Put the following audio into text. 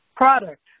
product